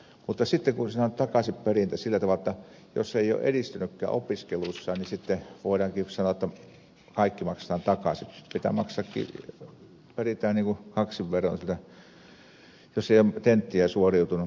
mutta sitten siinä on takaisinperintä sillä tavalla jotta jos ei ole edistynytkään opiskeluissaan niin voidaankin sanoa jotta kaikki maksetaan takaisin peritään kaksin verroin jos ei ole tenteistä suoriutunut